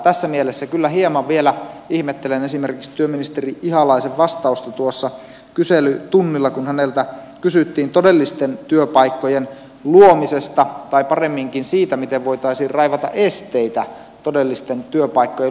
tässä mielessä kyllä hieman vielä ihmettelen esimerkiksi työministeri ihalaisen vastausta kyselytunnilla kun häneltä kysyttiin todellisten työpaikkojen luomisesta tai paremminkin siitä miten voitaisiin raivata esteitä todellisten työpaikkojen luomiselta